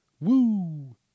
woo